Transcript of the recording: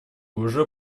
уже